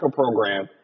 program